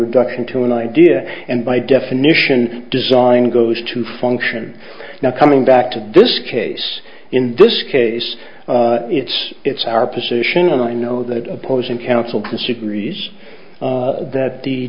reduction to an idea and by definition design goes to function now coming back to this case in this case it's it's our position and i know that opposing counsel disagrees that the